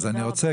אז אני רוצה,